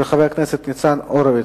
של חבר הכנסת ניצן הורוביץ,